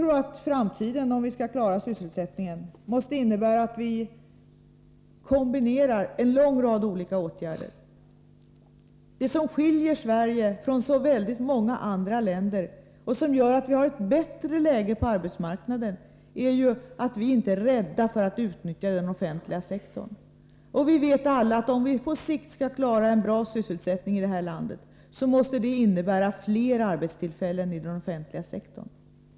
Om vi skall klara sysselsättningen, måste vi i framtiden kombinera en lång rad olika åtgärder. Det som skiljer Sverige från många andra länder och som gör att Sverige har ett bättre arbetsmarknadsläge är att man inte är rädd för att utnyttja den offentliga sektorn. Alla vet vi, att om vi på sikt skall klara en bra sysselsättning här i landet, måste det bli fler arbetstillfällen inom den offentliga sektorn.